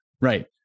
Right